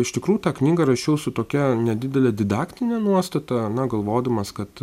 iš tikrųjų tą knygą rašiau su tokia nedidele didaktine nuostata na galvodamas kad